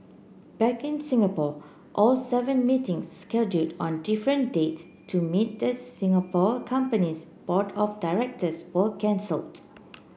back in Singapore all seven meetings scheduled on different dates to meet the Singapore company's board of directors were cancelled